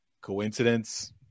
Coincidence